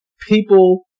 people